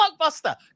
blockbuster